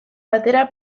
batera